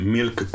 Milk